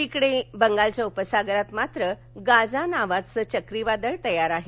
तिकडे बंगालच्या उपसागरावर मात्र गाजा नावाचं चक्रीवादळ तयार झालं आहे